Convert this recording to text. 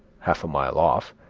half a mile off,